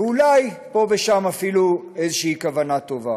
ואולי פה ושם אפילו איזושהי כוונה טובה.